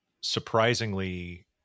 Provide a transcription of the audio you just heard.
surprisingly